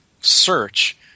search